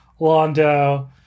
Londo